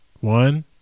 One